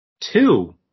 Two